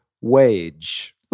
wage